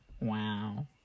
Wow